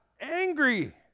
angry